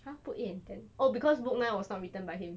!huh! book eight and ten oh because book nine was not written by him